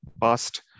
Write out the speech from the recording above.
past